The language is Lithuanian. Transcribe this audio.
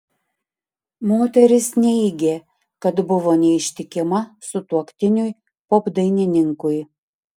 moteris neigė kad buvo neištikima sutuoktiniui popdainininkui